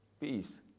peace